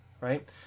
right